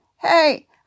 Hey